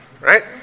right